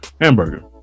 hamburger